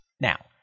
Now